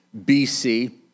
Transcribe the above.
BC